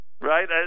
Right